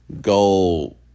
go